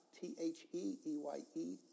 T-H-E-E-Y-E